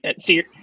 See